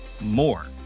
more